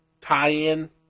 tie-in